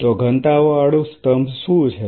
તો ઘનતા વાળું સ્તંભ શું છે